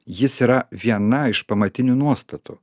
jis yra viena iš pamatinių nuostatų